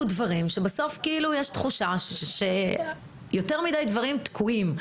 דברים שבסוף יש תחושה שיותר מדי דברים תקועים.